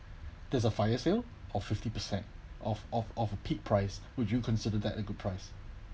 there's a fire sale for fifty percent off off off peak price would you consider that a good price